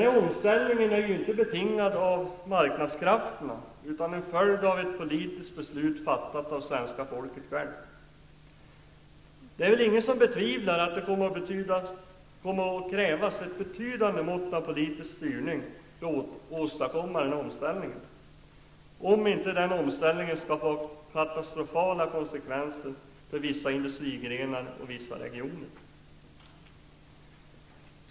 Den omställningen är inte betingad av marknadskrafterna, utan den är en följd av ett politiskt beslut fattat av svenska folket självt. Ingen betvivlar väl att det kommer att krävas ett betydande mått av politisk styrning för att den här omställningen skall kunna åstadkommas, och då utan att denna får katastrofala konsekvenser för vissa industrigrenar och vissa regioner.